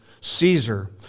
Caesar